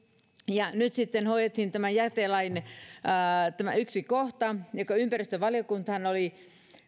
ja nyt sitten hoidettiin tämä jätelain yksi kohta jonka osalta ympäristövaliokunta oli